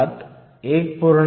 7 1